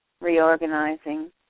reorganizing